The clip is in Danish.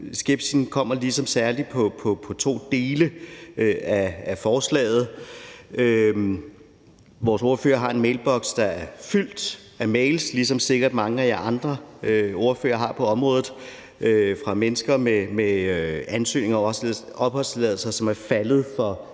Skepsissen skyldes ligesom særlig to dele af forslaget. Vores ordfører har en mailboks, der er fyldt med mails, ligesom mange af jer andre, der er ordførere på området, sikkert har, fra mennesker med ansøgninger og opholdstilladelser, som er ramt af